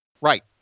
Right